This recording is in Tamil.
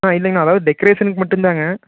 ஆ இல்லைங்கண்ணா அதாவது டெக்கரேஷனுக்கு மட்டும் தான்ங்க